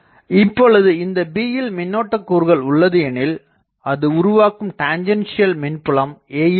இப்பொழுது இந்த b யில் மின்னோட்ட கூறுகள் உள்ளது எனில் அது உருவாக்கும் டேஞ்சன்சியல் மின்புலம் a யில் உள்ளது